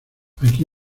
aquí